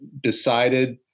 decided